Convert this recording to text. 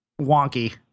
wonky